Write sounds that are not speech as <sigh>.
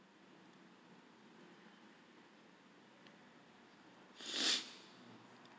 <breath>